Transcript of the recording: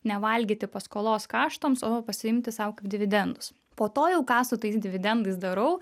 nevalgyti paskolos kaštams o pasiimti sau kaip dividendus po to jau ką su tais dividendais darau